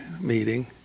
meeting